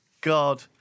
God